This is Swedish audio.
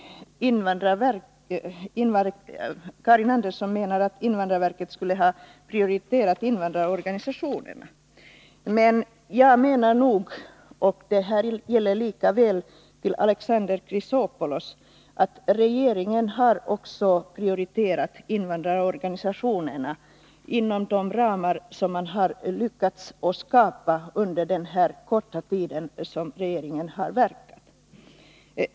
Karin Andersson menar att invandrarverket skulle ha prioriterat invandrarorganisationerna. Men — och här riktar jag mig även till Alexander Chrisopoulos — regeringen har också prioriterat invandrarorganisationerna inom de ramar som den lyckats skapa under den korta tid som den verkat.